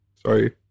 Sorry